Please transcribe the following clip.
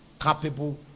capable